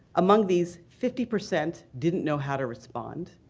among these, fifty percent didn't know how to respond,